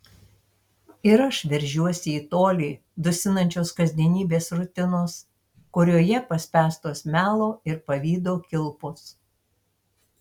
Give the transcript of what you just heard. ir aš veržiuosi į tolį dusinančios kasdienybės rutinos kurioje paspęstos melo ir pavydo kilpos